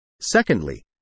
Secondly